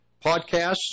Podcasts